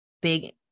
big